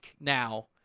now